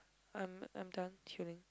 I'm I'm done chilling